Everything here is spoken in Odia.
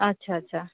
ଆଚ୍ଛା ଆଚ୍ଛା